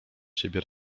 siebie